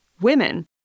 women